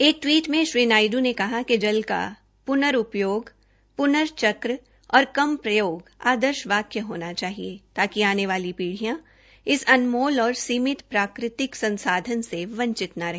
एक टवीट में श्री नायडू ने कहा कि जल पुर्नउपयोग पुनर्चक और कम प्रयोग आदर्श वाक्य होना चाहिए ताकि आने वाली पीढियों इस अनमोल और सीमित प्राकृतिक संसाधन से वंचित न रहे